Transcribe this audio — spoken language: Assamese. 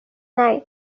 নাই